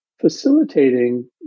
facilitating